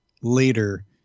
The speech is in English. later